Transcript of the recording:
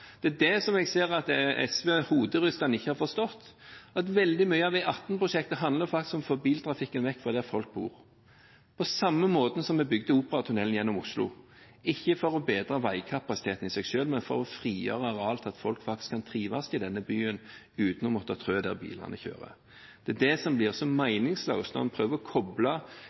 om. Det er det jeg hoderystende ser at SV ikke har forstått – at veldig mye av E18-prosjektet faktisk handler om å få biltrafikken vekk fra der folk bor, på samme måte som vi bygde Operatunnelen gjennom Oslo, ikke for å bedre veikapasiteten i seg selv, men for å frigjøre areal til at folk faktisk kan trives i denne byen uten å måtte trø der bilene kjører. Det blir meningsløst når man prøver å koble